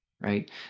right